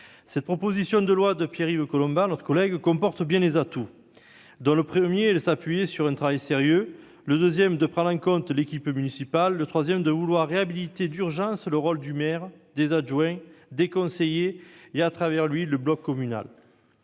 Cette proposition de loi de Pierre-Yves Collombat comporte bien des atouts ; le premier est de s'appuyer sur un travail sérieux, le deuxième de prendre en compte l'équipe municipale, le troisième de vouloir réhabiliter d'urgence le rôle du maire, des adjoints, des conseillers et, au travers d'eux, du bloc communal.